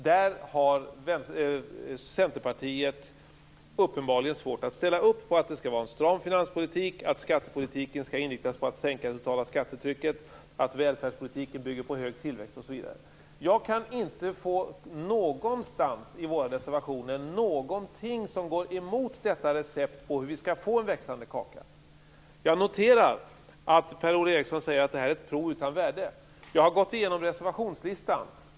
Där har Centerpartiet uppenbarligen svårt att ställa upp på att det skall vara en stram finanspolitik, att skattepolitiken skall inriktas på att sänka det totala skattetrycket, att välfärdspolitiken bygger på hög tillväxt osv. Jag kan inte någonstans i vår reservation se någonting som går mot receptet att få en växande kaka. Jag noterar att Per-Ola Eriksson säger att detta är ett prov utan värde. Jag har gått igenom listan av reservationer.